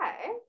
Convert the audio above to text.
okay